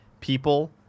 people